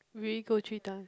we go three times